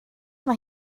mae